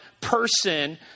person